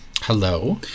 Hello